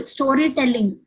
Storytelling